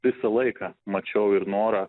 visą laiką mačiau ir norą